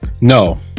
No